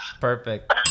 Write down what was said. Perfect